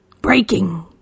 Breaking